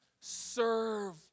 Serve